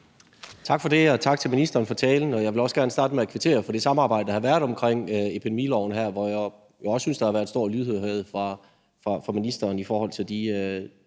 Tak for det. Og tak til ministeren for talen. Jeg vil også gerne starte med at kvittere for det samarbejde, der har været omkring epidemiloven her, hvor jeg jo også synes, der har været stor lydhørhed fra ministeren i forhold til de